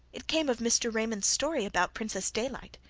it came of mr. raymond's story about princess daylight,